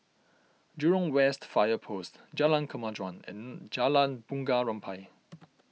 Jurong West Fire Post Jalan Kemajuan and Jalan Bunga Rampai